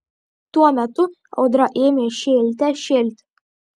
tuo metu audra ėmė šėlte šėlti